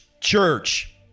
church